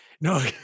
no